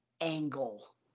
Angle